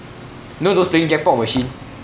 you know those playing jackpot machine